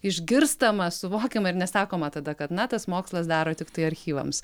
išgirstama suvokiama ir nesakoma tada kad na tas mokslas daro tiktai archyvams